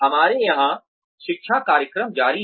हमारे यहां शिक्षा कार्यक्रम जारी हैं